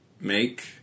Make